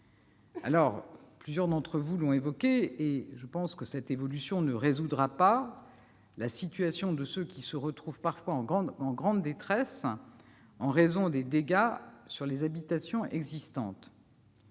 Comme plusieurs d'entre vous, je pense que cette évolution ne résoudra pas la situation de ceux qui se retrouvent parfois en grande détresse en raison des dégâts subis par les habitations existantes.